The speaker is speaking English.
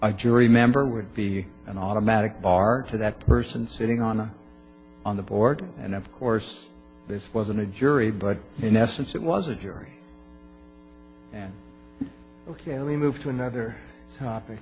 a jury member would be an automatic bar to that person sitting on a on the board and of course this wasn't a jury but in essence it was a jury ok we moved to another topic